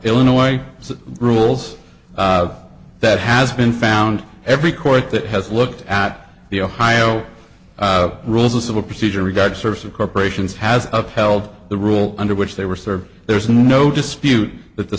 illinois rules that has been found every court that has looked at the ohio rules of civil procedure regards sort of corporations has upheld the rule under which they were served there's no dispute that the